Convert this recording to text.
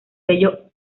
sello